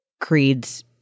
Creed's